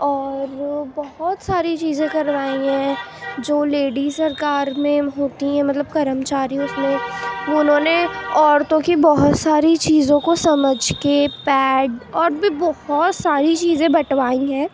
اور بہت ساری چیزیں کروائی ہیں جو لیڈی سرکار میں ہوتی ہیں مطلب کرمچاری اس میں انہوں نے عورتوں کی بہت ساری چیزوں کو سمجھ کے پیڈ اور بھی بہت ساری چیزیں بٹوائی ہیں